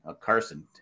Carson